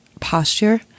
posture